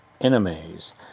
enemies